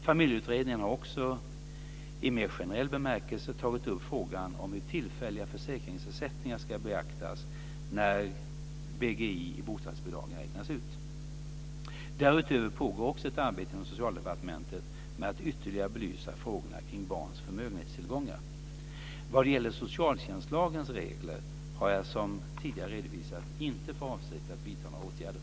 Familjeutredningen har också i mer generell bemärkelse tagit upp frågan om hur tillfälliga försäkringsersättningar ska beaktas när BGI i bostadsbidraget räknas ut. Därutöver pågår också ett arbete inom Socialdepartementet med att ytterligare belysa frågorna kring barns förmögenhetstillgångar. Vad gäller socialtjänstlagens regler har jag som tidigare redovisat inte för avsikt att vidta några åtgärder.